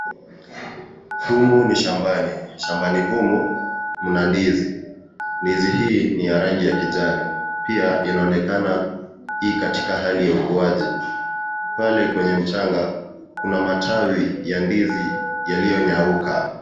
Humu ni shambani, shambani humu mna ndizi, ndizi hii ni ya rangi ya kijani. Pia inaonekana ii katika hali ya ukuaji. Pale kwenye mchanga kuna matawi ya ndizi yaliyonyauka.